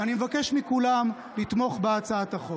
אני מבקש מכולם לתמוך בהצעת החוק.